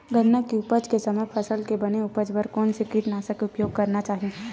गन्ना के उपज के समय फसल के बने उपज बर कोन से कीटनाशक के उपयोग करना चाहि?